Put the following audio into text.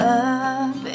up